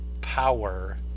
power